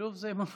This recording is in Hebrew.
שוב זה מופיע.